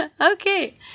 Okay